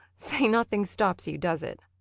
say, nothing stops you, does it?